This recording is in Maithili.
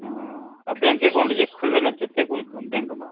ओ आ बैंक एकाउंट जे खोलबेने छियै से कोन बैंकमे